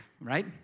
right